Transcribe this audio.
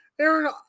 Aaron